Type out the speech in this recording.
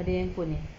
dua phone eh